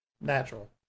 natural